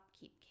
keep